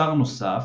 שר נוסף,